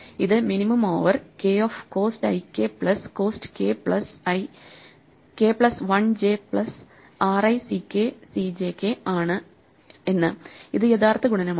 ഇത് minimum over k of cost i k plus cost k plus 1 j plus r i c k c j k എന്ന് ആണ് ഇത് യഥാർത്ഥ ഗുണനമാണ്